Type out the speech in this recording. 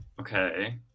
Okay